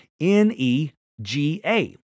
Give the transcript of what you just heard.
N-E-G-A